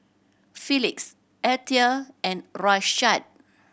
Felix Althea and Rashad